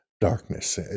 darkness